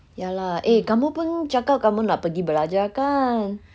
ya lah eh kamu pun cakap kamu nak pergi belajar kan